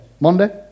Monday